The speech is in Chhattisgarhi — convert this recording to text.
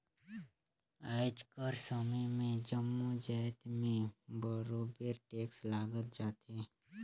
आएज कर समे में जम्मो जाएत में बरोबेर टेक्स लगाल जाथे